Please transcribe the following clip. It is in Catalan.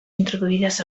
introduïdes